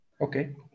Okay